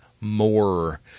more